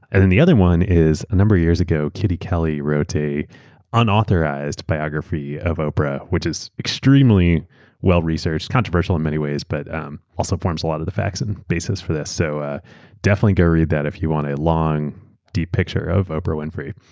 and and the other one is a number of years ago, kitty kelley wrote an unauthorized biography of oprah which is extremely well-researched, controversial in many ways, but um also forms a lot of the facts and basis for this. so ah definitely go read that if you want a long deep picture of oprah winfrey,